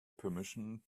permission